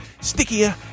stickier